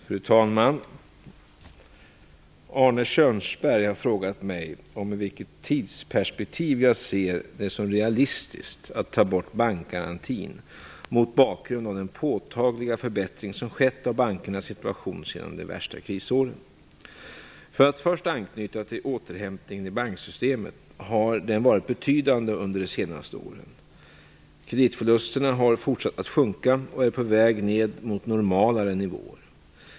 Fru talman! Arne Kjörnsberg har frågat mig om i vilket tidsperspektiv jag ser det som realistiskt att ta bort bankgarantin mot bakgrund av den påtagliga förbättring som skett av bankernas situation sedan de värsta krisåren. För att först anknyta till återhämtningen i banksystemet har den varit betydande under de senaste åren. Kreditförlusterna har fortsatt att sjunka och är på väg ned mot normalare nivåer.